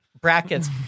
brackets